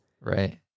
right